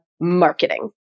marketing